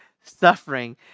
suffering